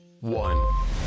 One